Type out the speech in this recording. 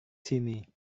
sini